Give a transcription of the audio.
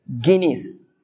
Guinness